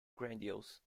grandiose